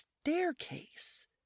staircase